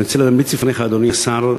אני רוצה להמליץ בפניך, אדוני השר,